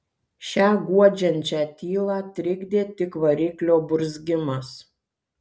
šią guodžiančią tylą trikdė tik variklio burzgimas